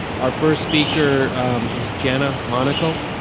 our first speaker is jana monaco.